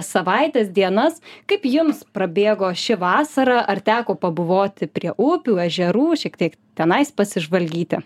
savaitės dienas kaip jums prabėgo ši vasara ar teko pabuvoti prie upių ežerų šiek tiek tenais pasižvalgyti